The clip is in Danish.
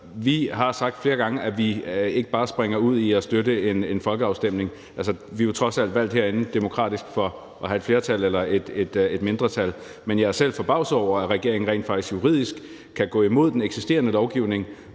vi har sagt flere gange, at vi ikke bare springer ud i at tage en folkeafstemning – vi er jo trods alt valgt herinde demokratisk for at have et flertal eller et mindretal. Men jeg er selv forbavset over, at regeringen rent faktisk juridisk kan gå imod den eksisterende lovgivning